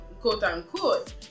quote-unquote